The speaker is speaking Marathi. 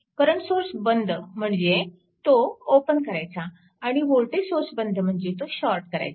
करंट सोर्स बंद म्हणजे तो ओपन करायचा आणि वोल्टेज सोर्स बंद म्हणजे तो शॉर्ट करायचा